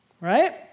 right